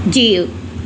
जीउ